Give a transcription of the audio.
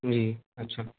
جی اچھا